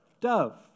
Dove